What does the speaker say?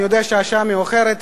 אני יודע שהשעה מאוחרת.